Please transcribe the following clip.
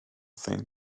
thing